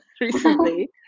recently